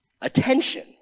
attention